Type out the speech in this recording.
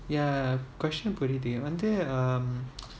ya question புரியுது வந்து:puriyuthu vanthu um